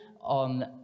on